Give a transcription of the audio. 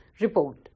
Report